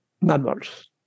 mammals